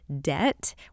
debt